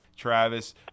Travis